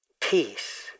peace